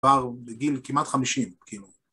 כבר בגיל כמעט חמישים כאילו.